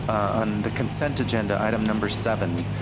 on the consent agenda, item number seven,